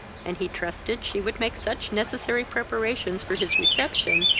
and he trusted she would make such necessary preparations for his reception,